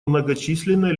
многочисленная